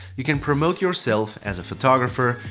you can promote yourself as a photographer,